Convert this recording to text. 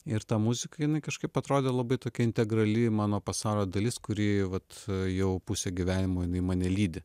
ir ta muzika jinai kažkaip atrodė labai tokia integrali mano pasaulio dalis kuri vat jau pusę gyvenimo jinai mane lydi